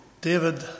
David